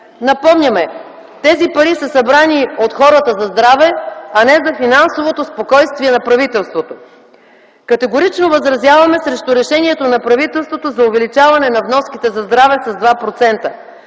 Напомняме – тези пари са събрани от хората за здраве, а не за финансовото спокойствие на правителството. Категорично възразяваме срещу решението на правителството за увеличаване на вноските за здраве с 2%.